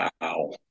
Wow